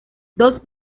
dos